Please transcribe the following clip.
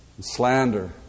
Slander